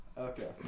Okay